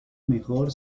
mejor